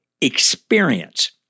Experience